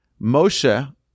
Moshe